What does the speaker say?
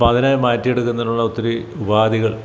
അപ്പോൾ അതിനെ മാറ്റി എടുക്കുന്നതിനുള്ള ഒത്തിരി ഉപാധികൾ